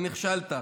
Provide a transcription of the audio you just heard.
ונכשלת.